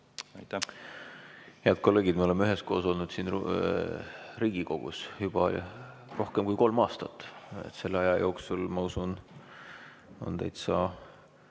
võtta. Head kolleegid, me oleme üheskoos olnud siin Riigikogus juba rohkem kui kolm aastat. Selle aja jooksul, ma usun, on täitsa